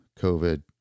COVID